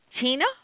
Tina